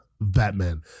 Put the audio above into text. Batman